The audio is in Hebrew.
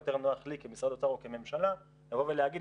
יותר נוח לי כמשרד האוצר או כממשלה לבוא ולהגיד,